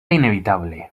inevitable